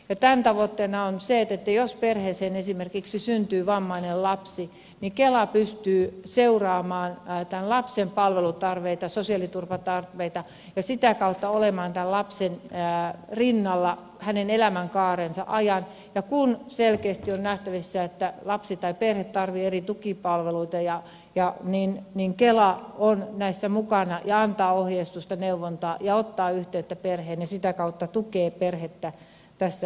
tämän tavoitteena on esimerkiksi se että jos perheeseen syntyy vammainen lapsi niin kela pystyy seuraamaan tämän lapsen palvelutarpeita ja sosiaaliturvatarpeita ja sitä kautta olemaan tämän lapsen rinnalla hänen elämänkaarensa ajan ja kun selkeästi on nähtävissä että lapsi tai perhe tarvitsee eri tukipalveluita niin kela on näissä mukana ja antaa ohjeistusta neuvontaa ja ottaa yhteyttä perheeseen ja sitä kautta tukee perhettä tässä elämäntilanteessa